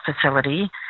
facility